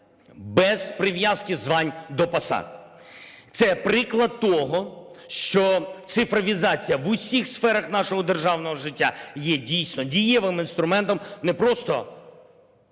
без прив'язки звань до посад. Це приклад того, що цифровізація в усіх сферах нашого державного життя є дійсно дієвим інструментом, не просто